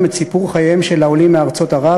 את סיפור חייהם של העולים מארצות ערב,